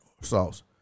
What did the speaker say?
sauce